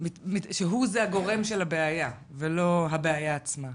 שהוא זה הגורם של הבעיה ולא הבעיה עצמה.